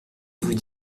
vous